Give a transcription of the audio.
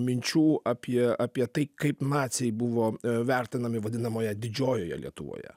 minčių apie apie tai kaip naciai buvo vertinami vadinamoje didžiojoje lietuvoje